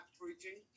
preaching